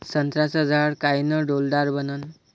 संत्र्याचं झाड कायनं डौलदार बनन?